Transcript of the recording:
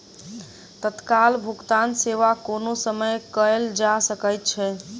तत्काल भुगतान सेवा कोनो समय कयल जा सकै छै